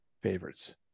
favorites